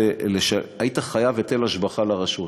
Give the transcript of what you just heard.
היית חייב היטל השבחה לרשות,